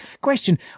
question